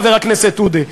חבר הכנסת עודה,